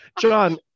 John